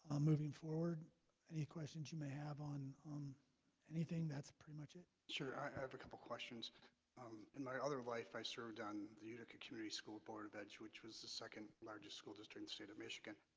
moving forward any questions you may have on anything that's pretty much it. sure. i have a couple questions um in my other life i served on the utica community school board which was the second largest school district state of michigan.